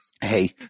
Hey